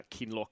Kinlock